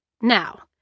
Now